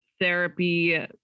therapy